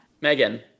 Megan